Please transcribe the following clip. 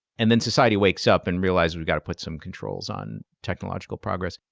and then society wakes up and realizes we've got to put some controls on technological progress.